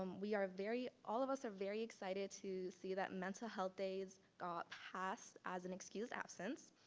um we are very all of us are very excited to see that mental health days got passed as an excused absence.